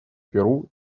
перу